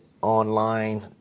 online